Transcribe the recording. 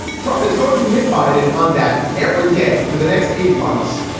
trump is going to hit biden on that every day for the next eight months.